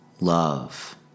Love